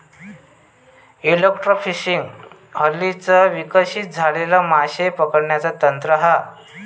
electrofishing हल्लीच विकसित झालेला माशे पकडण्याचा तंत्र हा